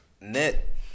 net